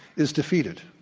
is defeated.